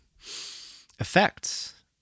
effects